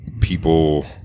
people